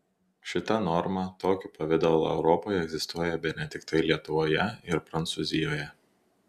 šita norma tokiu pavidalu europoje egzistuoja bene tiktai lietuvoje ir prancūzijoje